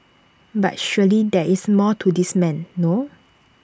but surely there is more to this man no